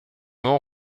nom